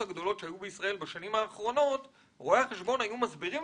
הגדולות שהיו בישראל בשנים האחרונות רואי החשבון היו מסבירים,